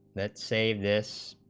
that same this